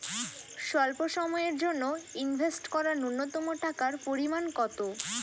স্বল্প সময়ের জন্য ইনভেস্ট করার নূন্যতম টাকার পরিমাণ কত?